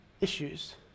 issues